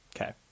Okay